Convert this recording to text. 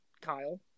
Kyle